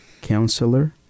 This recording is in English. Counselor